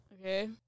Okay